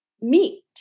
meet